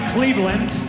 Cleveland